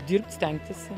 dirbt stengtis